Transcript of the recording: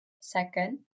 Second